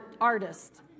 artist